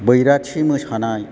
बैराथि मोसानाय